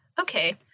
Okay